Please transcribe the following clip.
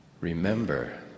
Remember